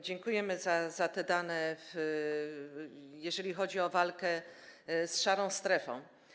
Dziękujemy za te dane, jeżeli chodzi o walkę z szarą strefą.